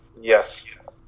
Yes